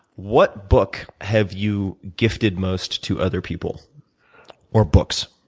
what book have you gifted most to other people or books?